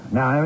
Now